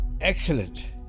Excellent